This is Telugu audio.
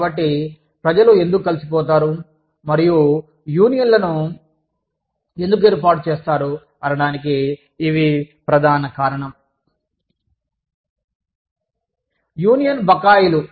కాబట్టి ప్రజలు ఎందుకు కలిసిపోతారు మరియు యూనియన్లను ఏర్పాటు చేస్తారు అనడానికి ఇవి ప్రధాన కారణం